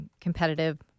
competitive